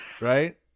right